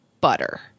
butter